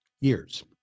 Years